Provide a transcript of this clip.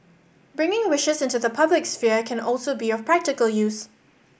bringing wishes into the public sphere can also be of practical use